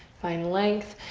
find length.